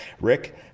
Rick